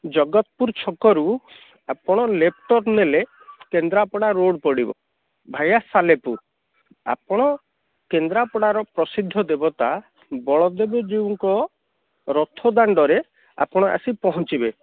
ଜଗତପୁର ଛକରୁ ଆପଣ left turn ନେଲେ କେନ୍ଦ୍ରାପଡ଼ା ରୋଡ଼ ପଡ଼ିବ ଭାୟା ସାଲେପୁର ଆପଣ କେନ୍ଦ୍ରାପଡ଼ାର ପ୍ରସିଦ୍ଧ ଦେବତା ବଳଦେବ ଜୀଉଙ୍କ ରଥ ଦାଣ୍ଡରେ ଆପଣ ଆସି ପହଞ୍ଚିବେ